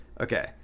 Okay